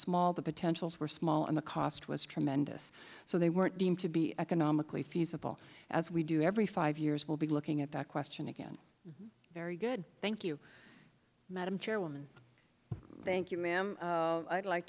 small the potentials were small and the cost was tremendous so they weren't deemed to be economically feasible as we do every five years we'll be looking at that question again very good thank you madam chairwoman thank you ma'am i'd like